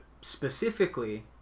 specifically